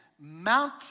mount